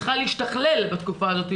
צריכה להשתכלל בתקופה הזאת,